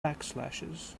backslashes